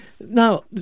Now